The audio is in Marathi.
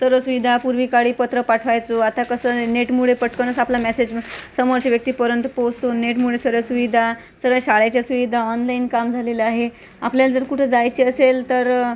सर्व सुविधा पूर्वी काळी पत्र पाठवायचो आता कसं नेटमुळे पटकनच आपला मॅसेज समोरच्या व्यक्तीपर्यंत पोहोचतो नेटमुळे सर्व सुविधा सर्व शाळेच्या सुविधा ऑनलाईन काम झालेलं आहे आपल्याला जर कुठं जायचे असेल तर